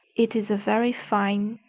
it is a very fine,